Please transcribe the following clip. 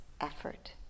effort